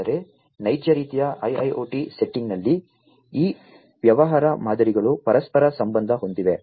ಆದರೆ ನೈಜ ರೀತಿಯ IIoT ಸೆಟ್ಟಿಂಗ್ನಲ್ಲಿ ಈ ವ್ಯವಹಾರ ಮಾದರಿಗಳು ಪರಸ್ಪರ ಸಂಬಂಧ ಹೊಂದಿವೆ